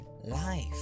life